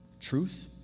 Truth